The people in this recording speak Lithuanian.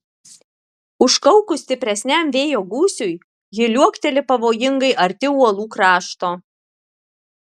užkaukus stipresniam vėjo gūsiui ji liuokteli pavojingai arti uolų krašto